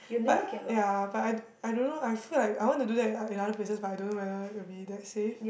but ya but I I don't know I feel like I want to do that in other other places but I don't know whether it will be that safe